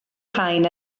rhain